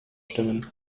stimmen